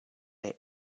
der